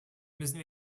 müssten